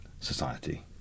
society